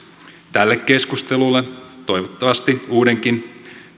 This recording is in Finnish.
tälle keskustelulle toivottavasti uudenkin